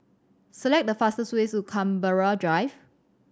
select the fastest way to Canberra Drive